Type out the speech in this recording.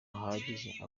hahagije